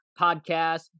podcast